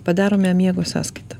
padarome miego sąskaita